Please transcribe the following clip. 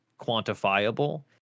quantifiable